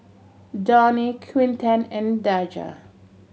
Dawne Quinten and Daja